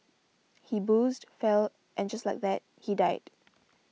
he boozed fell and just like that he died